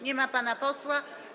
Nie ma pana posła.